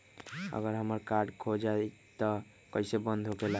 अगर हमर कार्ड खो जाई त इ कईसे बंद होकेला?